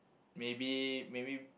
maybe maybe